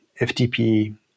FTP